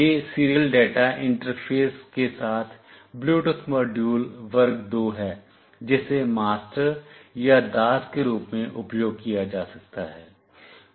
यह serial data interface के साथ ब्लूटूथ मॉड्यूल वर्ग 2 है जिसे मास्टर या दास के रूप में उपयोग किया जा सकता है